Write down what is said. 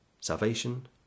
salvation